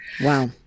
Wow